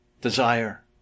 desire